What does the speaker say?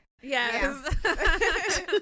yes